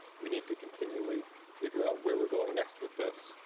we need to continually figure out where we're going next with this.